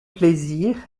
plaisir